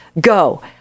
go